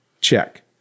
check